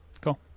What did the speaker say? Cool